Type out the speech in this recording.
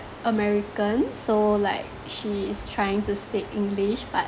american so like she is trying to speak english but